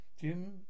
Jim